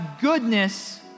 goodness